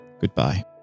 goodbye